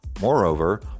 Moreover